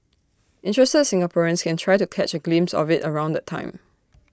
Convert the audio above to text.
interested Singaporeans can try to catch A glimpse of IT around that time